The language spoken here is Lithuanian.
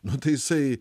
nu ta jisai